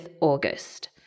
August